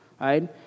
Right